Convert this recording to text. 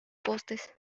postes